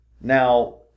Now